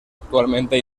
actualmente